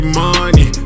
money